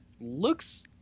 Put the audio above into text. looks